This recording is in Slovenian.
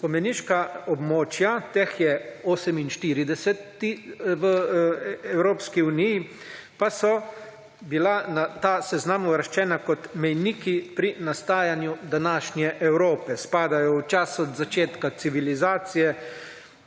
spomeniška območja teh je 48 v Evropski uniji pa so bila na ta seznam uvrščena kot mejniki pri nastajanju današnje Evrope spadajo v času od začetka civilizacije